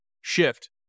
shift